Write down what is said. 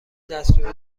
دستور